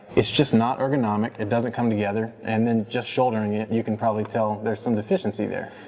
it's just not ergonomic, it doesn't come together. and then, just shouldering it, and you can probably tell there's some deficiency there.